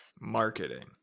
marketing